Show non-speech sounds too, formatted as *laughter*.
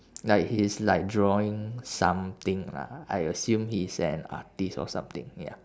*noise* like he's like drawing something lah I assume he's an artist or something ya